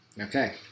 Okay